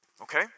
Okay